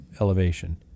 elevation